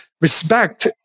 Respect